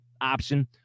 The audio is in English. option